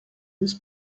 his